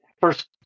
First